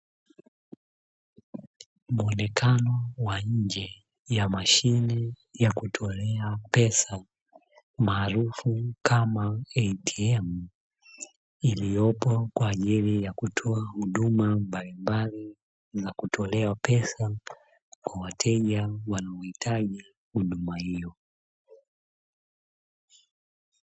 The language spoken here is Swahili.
Muonekano wa nje ya mashine ya kutolea pesa, maarufu kama "ATM", iliyopo kwa ajili ya kutoa huduma mbalimbali za kutolea pesa kwa wateja wanaohitaji huduma hiyo.